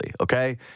Okay